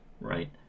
right